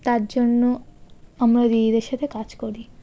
তার জন্য আমরা দিদিদের সাথে কাজ করি